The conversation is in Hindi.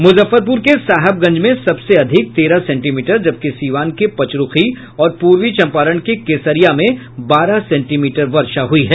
मुजफ्फरपुर के साहेबगंज में सबसे अधिक तेरह सेंटीमीटर जबकि सीवान के पचरूखी और पूर्वी चंपारण के केसरिया में बारह सेंटीमीटर वर्षा हुई है